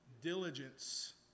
diligence